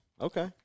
Okay